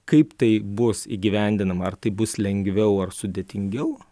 kaip tai bus įgyvendinama ar tai bus lengviau ar sudėtingiau